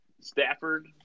Stafford